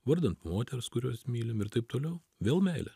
vardan moters kurios mylim ir taip toliau vėl meilė